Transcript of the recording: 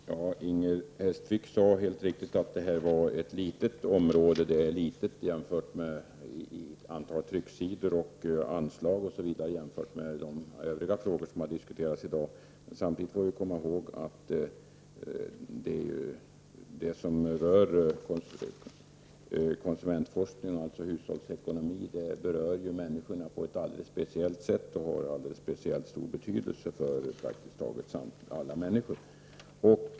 Fru talman! Inger Hestvik sade helt riktigt att detta är ett litet område i fråga om antal trycksidor, anslag osv. jämfört med de övriga frågor som har diskuterats här. Samtidigt får vi komma ihåg att konsumentforskning och hushållsekonomi berör människor på ett alldeles speciellt sätt och har en alldeles speciellt stor betydelse för praktiskt taget alla människor.